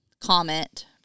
comment